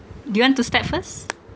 do you want to start first